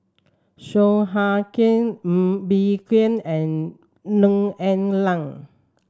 Song Hoot Kiam Ng Bee Kia and Neo Ah Luan